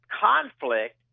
conflict